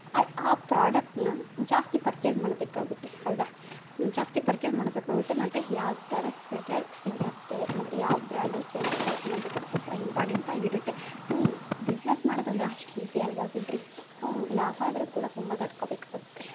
ಆ ಪ್ರೋಡಕ್ಟನ್ನ ಜಾಸ್ತಿ ಪರ್ಚೇಸ್ ಮಾಡಬೇಕಾಗುತ್ತೆ ಹೌದಾ ಜಾಸ್ತಿ ಪರ್ಚೇಸ್ ಮಾಡಬೇಕಾಗುತ್ತೆ ಮತ್ತು ಯಾವ ಥರ ಸ್ವೆಟರ್ ಸೇಲಾಗ್ತಿವೆ ಮತ್ತು ಯಾವ ಬ್ರ್ಯಾಂಡಲ್ಲಿ ಸೇಲಾಗ್ತವೆ ಅನ್ನೋದು ಕೂಡ ತುಂಬ ಹಿಂಪಾರ್ಟೆಂಟ್ ಆಗಿರುತ್ತೆ ಬಿಸ್ನೆಸ್ ಮಾಡೊದಂದ್ರೆ ಅಷ್ಟು ಹೀಸಿ ಅಲ್ಲಾ ಬಿಡಿರಿ ಲಾಸ್ ಆದರೂ ಕೂಡ ತುಂಬ ತಡ್ಕೊಬೇಕಾಗುತ್ತೆ